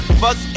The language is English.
fuck